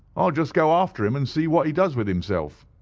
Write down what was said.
i will just go after him and see what he does with himself.